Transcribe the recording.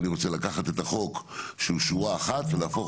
ואני רוצה לקחת את החוק שהוא שורה אחת ולהפוך